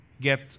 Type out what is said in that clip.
get